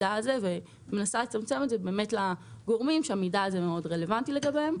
ומנסה לצמצם את זה לגורמים שהמידע הזה מאוד רלוונטי לגביהם.